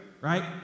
right